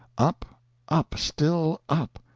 up up still up!